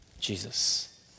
Jesus